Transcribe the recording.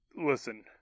listen